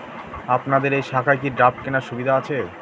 আপনাদের এই শাখায় কি ড্রাফট কেনার সুবিধা আছে?